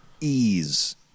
ease